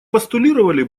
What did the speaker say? постулировали